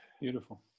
Beautiful